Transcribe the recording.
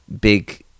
big